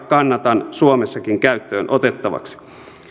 kannatan suomessakin käyttöön otettavaksi